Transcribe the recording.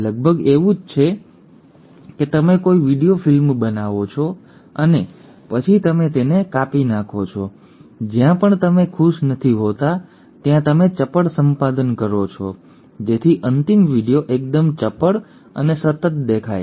તે લગભગ એવું જ છે કે તમે કોઈ વિડિઓ ફિલ્મ બનાવો છો અને પછી તમે તેને કાપી નાખો છો જ્યાં પણ તમે ખુશ નથી હોતા ત્યાં તમે ચપળ સંપાદન કરો છો જેથી અંતિમ વિડિઓ એકદમ ચપળ અને સતત દેખાય